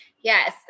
Yes